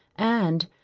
and,